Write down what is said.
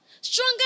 Stronger